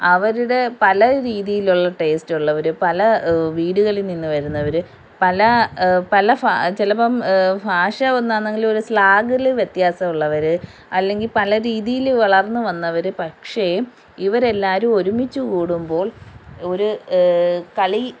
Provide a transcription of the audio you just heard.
അവരുടെ പല രീതിയിലുള്ള ടേസ്റ്റുള്ളവർ പല വീടുകളിൽ നിന്ന് വരുന്നവർ പല പല ചെലപ്പം ഭാഷ ഒന്നാണെങ്കിലും ഒരു സ്ലാങ്ങിൽ വ്യത്യാസം ഉള്ളവർ അല്ലെങ്കിൽ പല രീതിയിൽ വളർന്നു വന്നവർ പക്ഷേ ഇവരെല്ലാവരും ഒരുമിച്ച് കൂടുമ്പോൾ ഒരു കളി